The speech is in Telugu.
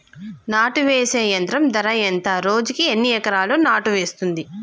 నాటు వేసే యంత్రం ధర ఎంత రోజుకి ఎన్ని ఎకరాలు నాటు వేస్తుంది?